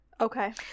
Okay